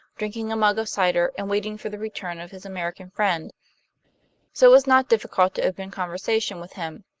drinking a mug of cider and waiting for the return of his american friend so it was not difficult to open conversation with him.